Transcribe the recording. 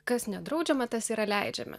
kas nedraudžiama tas yra leidžiama